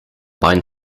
bind